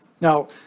Now